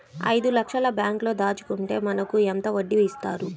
ఐదు లక్షల బ్యాంక్లో దాచుకుంటే మనకు ఎంత వడ్డీ ఇస్తారు?